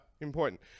Important